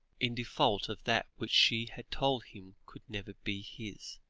in default of that which she had told him could never be his.